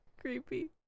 creepy